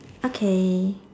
okay